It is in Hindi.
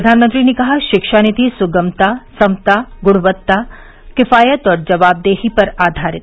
प्रधानमंत्री ने कहा शिक्षा नीति सुगमता समता गुणवत्ता किफायत और जवाबदेही पर आधारित